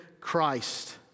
Christ